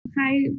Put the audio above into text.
Hi